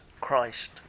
Christ